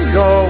go